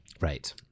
right